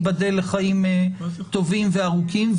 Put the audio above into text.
ייבדל לחיים טובים וארוכים.